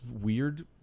weird